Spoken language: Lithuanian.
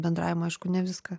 bendravimo aišku ne viską